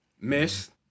miss